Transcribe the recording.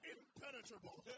Impenetrable